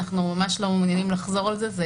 אנחנו ממש לא מעוניינים לחזור על זה,